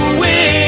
win